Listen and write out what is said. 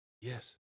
Yes